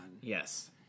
Yes